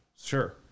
sure